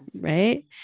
Right